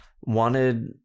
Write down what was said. wanted